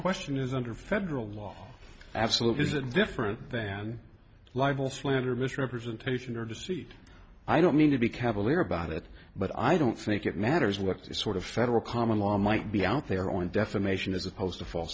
question is under federal law absolute is a different thing than libel slander misrepresentation or deceit i don't mean to be cavalier about it but i don't think it matters what sort of federal common law might be out there on defamation as opposed to fal